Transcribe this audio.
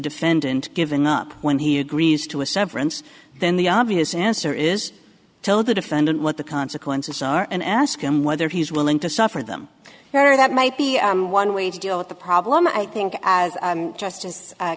defendant giving up when he agrees to a severance then the obvious answer is tell the defendant what the consequences are and ask him whether he's willing to suffer them better that might be one way to deal with the problem i think as justice